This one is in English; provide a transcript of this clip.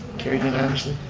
carried unanimously.